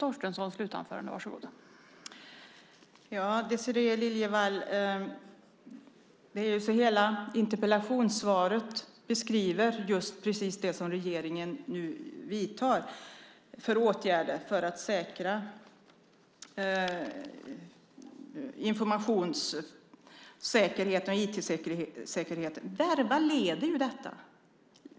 Fru talman! Hela interpellationssvaret beskriver de åtgärder som regeringen nu vidtar för att säkra informationssäkerheten och IT-säkerheten, Désirée Liljevall. Verva leder detta.